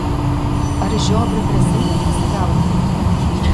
ar žiobrių prie simno prisigaudei